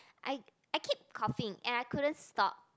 I I keep coughing and I couldn't stop